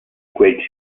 quel